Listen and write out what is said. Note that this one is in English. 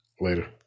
Later